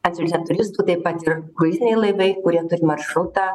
atsiunčia turistų taip pat ir kruiziniai laivai kurie turi maršrutą